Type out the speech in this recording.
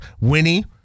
Winnie